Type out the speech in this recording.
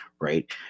right